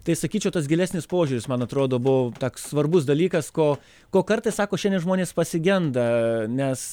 tai sakyčiau tas gilesnis požiūris man atrodo buvo toks svarbus dalykas ko ko kartais sako šiandien žmonės pasigenda nes